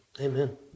amen